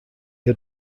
had